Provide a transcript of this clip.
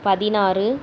பதினாறு